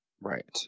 Right